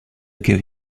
give